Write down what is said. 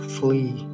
flee